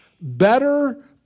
better